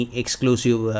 exclusive